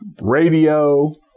radio